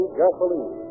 gasoline